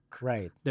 Right